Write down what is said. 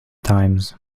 times